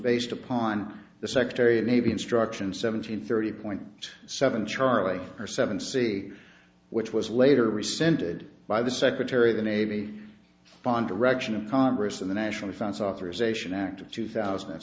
based upon the secretary of navy instruction seven hundred thirty point seven charlie or seven c which was later rescinded by the secretary of the navy ponder rection of congress in the national defense authorization act of two thousand and